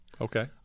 Okay